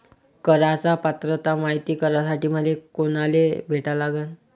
कराच पात्रता मायती करासाठी मले कोनाले भेटा लागन?